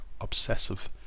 obsessive